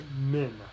men